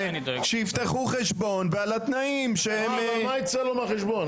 שיפתחו חשבון ועל התנאים --- אבל מה ייצא לו מהחשבון?